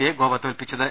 സിയെ ഗോവ തോൽപ്പിച്ചത്